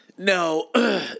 No